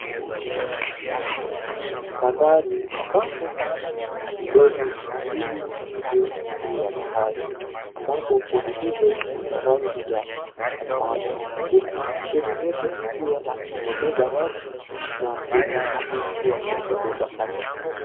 Ni kwenye bandari ambapo feri mbili ziko juu ya bahari ambapo feri hizo ni za rangi ya samawati huku feri moja ikiwa imebeba watu na feri ingine ikiwa haijabeba hata kitu.